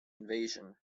invasion